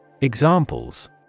Examples